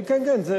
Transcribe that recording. כן כן.